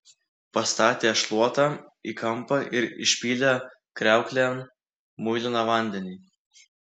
pastatė šluotą į kampą ir išpylė kriauklėn muiliną vandenį